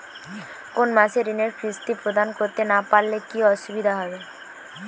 কোনো মাসে ঋণের কিস্তি প্রদান করতে না পারলে কি অসুবিধা হবে?